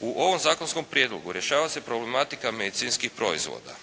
U ovom zakonskom prijedlogu rješava se problematika medicinskih proizvoda.